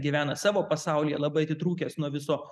gyvena savo pasaulyje labai atitrūkęs nuo viso